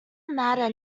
matter